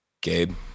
Gabe